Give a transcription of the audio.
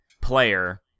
player